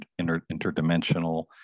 interdimensional